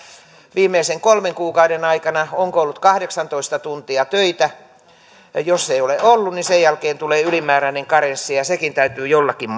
viimeisen kolmen kuukauden aikana onko ollut kahdeksantoista tuntia töitä jos ei ole ollut niin sen jälkeen tulee ylimääräinen karenssi ja sekin täytyy jollakin